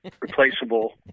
Replaceable